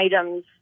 items